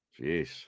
Jeez